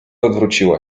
odwróciła